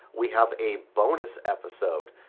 we have a bonus episode,